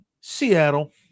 seattle